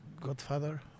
godfather